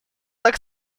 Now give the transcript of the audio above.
так